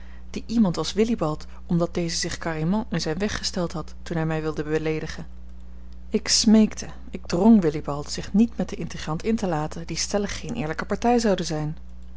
die iemand was willibald omdat deze zich carrément in zijn weg gesteld had toen hij mij wilde beleedigen ik smeekte ik drong willibald zich niet met den intrigant in te laten die stellig geen eerlijke partij zoude zijn